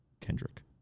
Kendrick